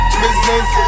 business